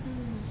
mm